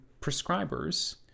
prescribers